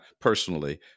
personally